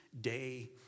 day